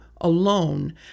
alone